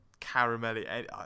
caramelly